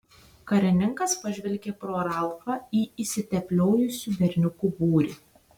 karininkas pažvelgė pro ralfą į išsitepliojusių berniukų būrį